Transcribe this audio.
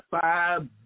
five